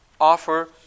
offer